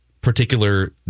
particular